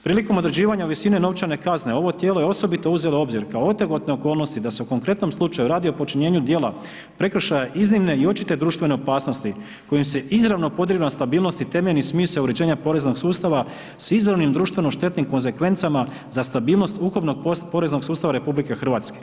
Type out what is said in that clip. Prilikom određivanja visine novčane kazne, ovo tijelo je osobito uzelo u obzir kao otegotne okolnosti da se u konkretnom slučaju radi o počinjenju djela prekršaja iznimne i očite društvene opasnosti kojim se izravno ... stabilnost i temeljni smisao uređenja poreznog sustava s izravnim društveno-štetnim konzekvencama za stabilnost ukupnog poreznog sustava RH.